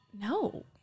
no